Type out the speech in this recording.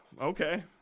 Okay